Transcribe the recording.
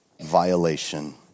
violation